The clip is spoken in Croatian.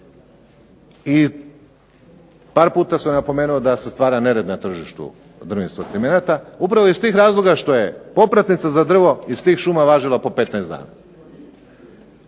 i par puta sam napomenuo da se stvara nered na tržištu drvnih sortimenata, upravo iz tih razloga što je popratnica za drvo iz tih šuma važila po 15 dana.